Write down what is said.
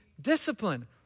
discipline